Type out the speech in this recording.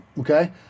Okay